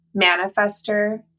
manifester